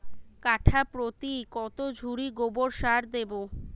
কাঠাপ্রতি কত ঝুড়ি গোবর সার দেবো?